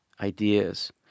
ideas